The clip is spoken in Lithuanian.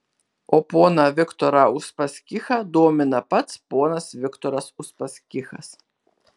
o poną viktorą uspaskichą domina pats ponas viktoras uspaskichas